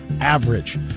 average